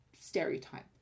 stereotype